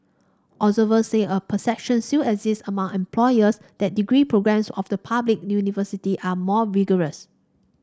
observers said a perception still exists among employers that degree programmes of the public universities are more rigorous